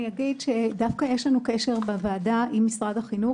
אני אגיד שדווקא יש לנו קשר בוועדה עם משרד החינוך.